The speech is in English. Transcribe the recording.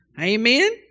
Amen